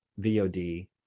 VOD